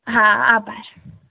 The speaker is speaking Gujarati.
હા આભાર